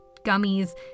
gummies